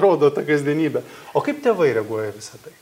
rodo ta kasdienybė o kaip tėvai reaguoja į visa tai